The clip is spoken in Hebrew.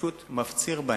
פשוט מפציר בהן: